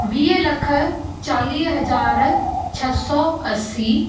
वीह लख चालीह हज़ार छह सौ असीं